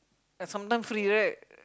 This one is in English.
ya some time free right